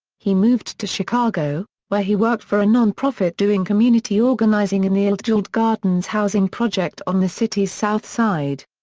he moved to chicago, where he worked for a non-profit doing community organizing in the altgeld gardens housing project on the city's south side.